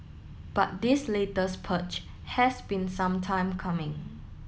but this latest purge has been some time coming